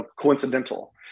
coincidental